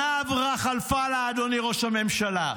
שנה חלפה לה, אדוני ראש הממשלה.